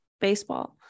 baseball